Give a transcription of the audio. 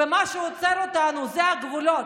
ומה שעוצר אותנו אלה הגבולות.